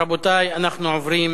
רבותי, אנחנו עוברים